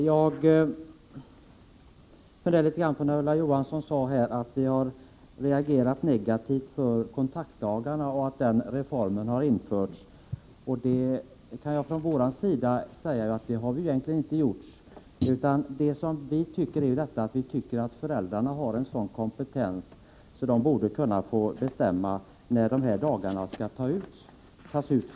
Herr talman! Ulla Johansson sade att vi har reagerat negativt på reformen i fråga om kontaktdagarna, men det har vi egentligen inte gjort. Däremot tycker vi att föräldrarna har en sådan kompetens att de själva borde kunna få bestämma när de här dagarna skall tas ut.